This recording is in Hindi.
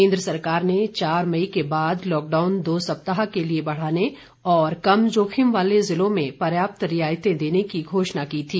केन्द्र सरकार ने चार मई के बाद लॉकडाउन दो सप्तााह के लिए बढ़ाने और कम जोखिम वाले जिलों में पर्याप्त रियायतें देने की घोषणा की थी